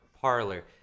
parlor